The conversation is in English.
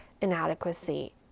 inadequacy